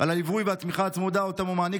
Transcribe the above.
על הליווי והתמיכה הצמודה שאותם הוא מעניק